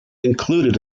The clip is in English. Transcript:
included